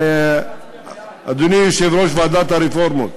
אדוני יושב-ראש ועדת הרפורמות,